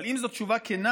אבל אם זאת תשובה כנה,